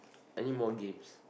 anymore games